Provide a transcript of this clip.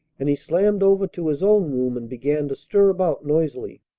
and he slammed over to his own room and began to stir about noisily.